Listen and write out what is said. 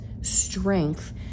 strength